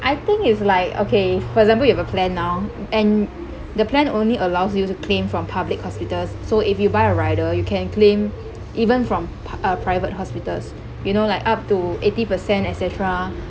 I think is like okay for example you have a plan now and the plan only allows you to claim from public hospitals so if you buy a rider you can claim even from pa~ uh private hospitals you know like up to eighty percent et cetera